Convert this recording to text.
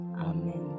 Amen